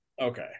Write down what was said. Okay